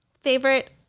Favorite